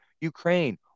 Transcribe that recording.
Ukraine